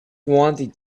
wanted